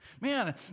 Man